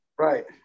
Right